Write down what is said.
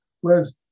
Whereas